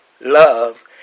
love